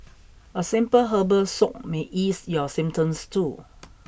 a simple herbal soak may ease your symptoms too